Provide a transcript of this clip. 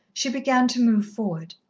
she began to move forward.